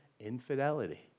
infidelity